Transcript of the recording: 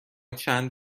چند